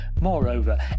Moreover